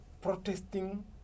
protesting